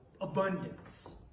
Abundance